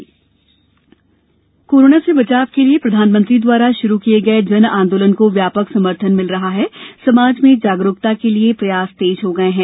जन आंदोलन अपील कोरोना से बचाव के लिए प्रधानमंत्री द्वारा शुरू किये गये जन आंदोलन को व्यापक समर्थन मिल रहा है और समाज में जागरूकता के लिए प्रयास तेज हो गये है